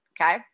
Okay